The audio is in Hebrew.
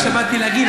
זה מה שבאתי להגיד,